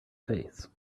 face